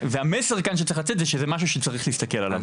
והמסר כאן שצריך לצאת זה שזה משהו שצריך להסתכל עליו.